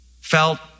Felt